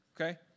Okay